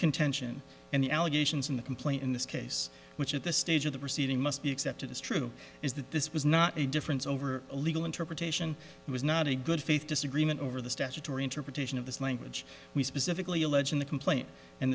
contention and the allegations in the complaint in this case which at the stage of the proceeding must be accepted as true is that this was not a difference over a legal interpretation it was not a good faith disagreement over the statutory interpretation of this language we specifically allege in the complaint and